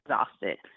exhausted